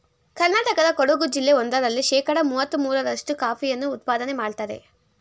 ಕರ್ನಾಟಕದ ಕೊಡಗು ಜಿಲ್ಲೆ ಒಂದರಲ್ಲೇ ಶೇಕಡ ಮುವತ್ತ ಮೂರ್ರಷ್ಟು ಕಾಫಿಯನ್ನು ಉತ್ಪಾದನೆ ಮಾಡ್ತರೆ